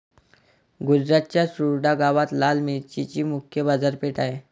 गुजरातच्या चुडा गावात लाल मिरचीची मुख्य बाजारपेठ आहे